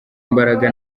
imbaraga